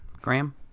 Graham